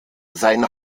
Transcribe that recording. sein